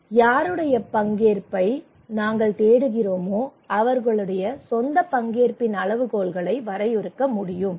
எனவே யாருடைய பங்கேற்பை நாங்கள் தேடுகிறோமோ அவர்களுடைய சொந்த பங்கேற்பின் அளவுகோல்களை வரையறுக்க முடியும்